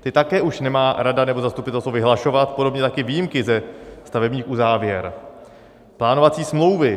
Ty také už nemá rada nebo zastupitelstvo vyhlašovat, podobně také výjimky ze stavebních uzávěr, plánovací smlouvy.